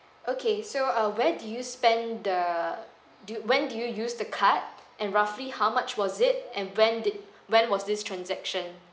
okay so uh where do you spend the do when do you use the card and roughly how much was it and when did when was this transaction